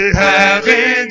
heaven